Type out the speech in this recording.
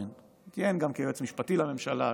כיהן גם כיועץ משפטי לממשלה,